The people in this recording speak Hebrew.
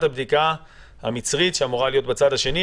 הבדיקה המצרית שאמורה להיות בצד השני.